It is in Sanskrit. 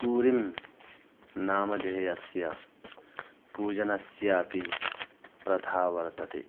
कूरीम् नामधेयस्य पूजनस्य अपि प्रथा वर्तते